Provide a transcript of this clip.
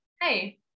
hey